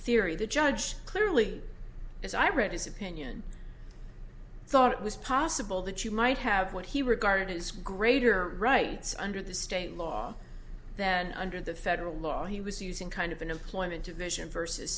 theory the judge clearly as i read his opinion i thought it was possible that you might have what he regarded as greater rights under the state law than under the federal law he was using kind of an employment evasion